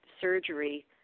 surgery